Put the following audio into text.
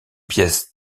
pièce